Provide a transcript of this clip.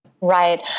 Right